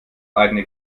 eigene